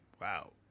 wow